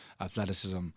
athleticism